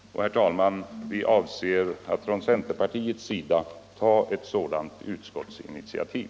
Herr talman! Vi avser att från centerpartiets sida ta ett sådant utskottsinitiativ.